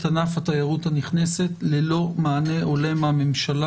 ענף התיירות הנכנסת ללא מענה הולם מהממשלה.